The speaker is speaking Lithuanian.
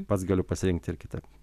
pats galiu pasirinkti ir kitaip